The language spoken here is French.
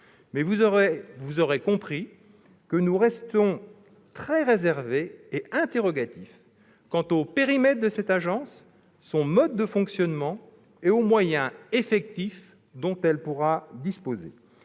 Mais vous aurez compris que nous restons très réservés et interrogatifs quant au périmètre de cette agence, à son mode de fonctionnement et aux moyens effectifs dont elle pourra disposer.